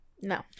no